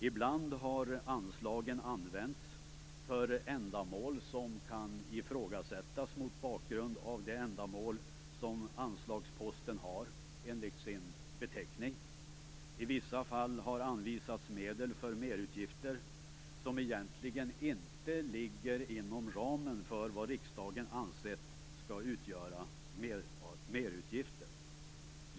Ibland har anslagen använts för ändamål som kan ifrågasättas mot bakgrund av de ändamål som anslagsposten har enligt sin beteckning. I vissa fall har anvisats medel för merutgifter som egentligen inte ligger inom ramen för vad riksdagen ansett skall utgöra merutgifter.